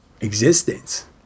existence